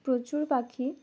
প্রচুর পাখি